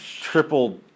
triple